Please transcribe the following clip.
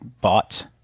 bought